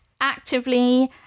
actively